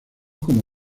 como